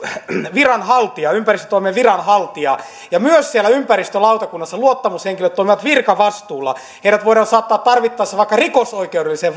viranhaltija ympäristötoimen viranhaltija ja myös siellä ympäristölautakunnassa luottamushenkilöt toimivat virkavastuulla heidät voidaan saattaa tarvittaessa vaikka rikosoikeudelliseen